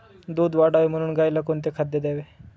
दूध वाढावे म्हणून गाईला कोणते खाद्य द्यावे?